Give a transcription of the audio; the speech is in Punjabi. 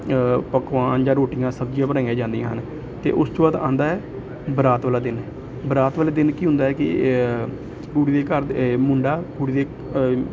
ਪਕਵਾਨ ਜਾਂ ਰੋਟੀਆਂ ਸਬਜ਼ੀਆਂ ਬਣਾਈਆਂ ਜਾਂਦੀਆਂ ਹਨ ਅਤੇ ਉਸ ਤੋਂ ਬਾਅਦ ਆਉਂਦਾ ਹੈ ਬਰਾਤ ਵਾਲਾ ਦਿਨ ਬਰਾਤ ਵਾਲੇ ਦਿਨ ਕੀ ਹੁੰਦਾ ਕਿ ਕੁੜੀ ਦੇ ਘਰ ਮੁੰਡਾ ਕੁੜੀ ਦੇ